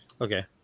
Okay